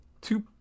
two